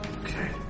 Okay